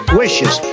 wishes